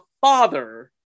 father